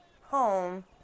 home